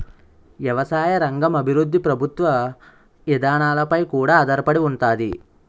ఎవసాయ రంగ అభివృద్ధి ప్రభుత్వ ఇదానాలపై కూడా ఆధారపడి ఉంతాది